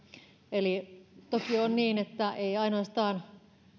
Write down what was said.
eli toki on niin että ei ainoastaan